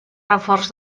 reforç